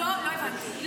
לא הבנתי.